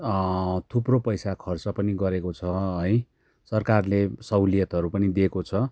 थुप्रो पैसा खर्च पनि गरेको छ है सरकारले सहुलियतहरू पनि दिएको छ तर